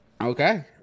Okay